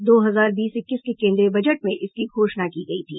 दो हजार बीस इक्कीस के केन्द्रीय बजट में इसकी घोषणा की गयी थी